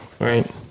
right